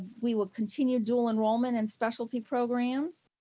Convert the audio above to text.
we will continue dual enrollment and specialty programs.